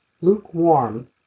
Lukewarm